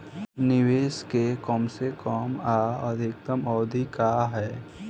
निवेश के कम से कम आ अधिकतम अवधि का है?